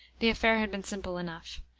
the affair had been simple enough.